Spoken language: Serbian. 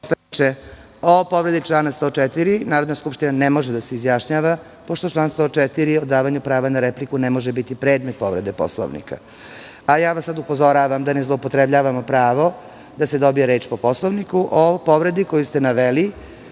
poslaniče, o povredi člana 104. Narodna skupština ne može da se izjašnjava, pošto član 104. o davanju prava na repliku ne može biti predmet povrede Poslovnika. Sada vas upozoravam da ne zloupotrebljavamo pravo da se dobije reč po Poslovniku o povredi koju ste naveli,